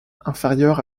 inférieur